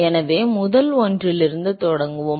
எனவே முதல் ஒன்றிலிருந்து தொடங்குவோம்